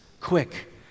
quick